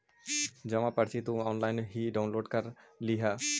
जमा पर्ची तुम ऑनलाइन ही डाउनलोड कर लियह